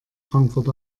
frankfurt